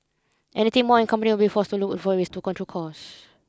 anything more and company will forced to look for ways to control costs